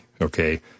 okay